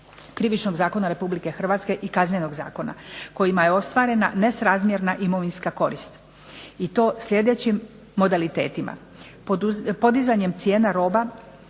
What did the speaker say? Krivičnog zakona Republike Hrvatske i Kaznenog zakona kojima je ostvarena nesrazmjerna imovinska korist i to sljedećim modalitetima: podizanjem cijena roba